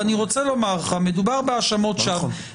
ואני רוצה לומר לך שמדובר בהאשמות שווא.